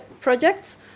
projects